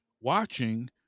Watching